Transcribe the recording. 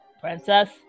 Princess